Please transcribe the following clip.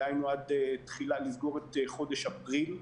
דהיינו, לסגור את חודש אפריל,